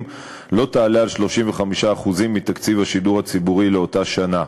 לא תעלה על 35% מתקציב השידור הציבורי לאותה שנה.